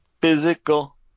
physical